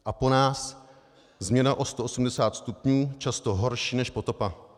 A po nás změna o 180 stupňů, často horší než potopa.